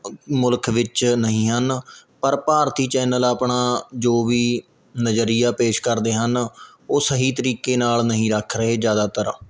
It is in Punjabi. ਮੁਲਕ ਵਿੱਚ ਨਹੀਂ ਹਨ ਪਰ ਭਾਰਤੀ ਚੈਨਲ ਆਪਣਾ ਜੋ ਵੀ ਨਜ਼ਰੀਆ ਪੇਸ਼ ਕਰਦੇ ਹਨ ਉਹ ਸਹੀ ਤਰੀਕੇ ਨਾਲ ਨਹੀਂ ਰੱਖ ਰਹੇ ਜ਼ਿਆਦਾਤਰ